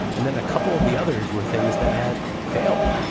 and then a couple of the others were things that had failed.